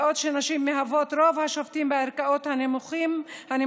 בעוד נשים מהוות רוב השופטים בערכאות הנמוכות,